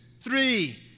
three